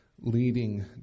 leading